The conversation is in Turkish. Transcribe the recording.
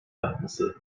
yapması